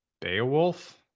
beowulf